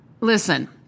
Listen